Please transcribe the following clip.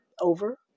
over